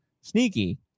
sneaky